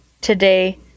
today